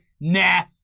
nah